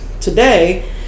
Today